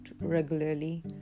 regularly